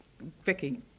Vicky